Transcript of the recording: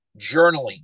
journaling